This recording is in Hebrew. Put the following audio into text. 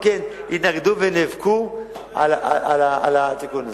גם כן התנגדו ונאבקו על התיקון הזה.